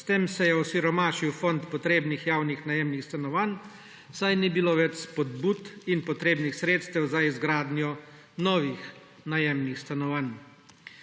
S tem se je osiromašil fond potrebnih javnih najemnih stanovanj, saj ni bilo več spodbud in potrebnih sredstev za izgradnjo novih najemnih stanovanj.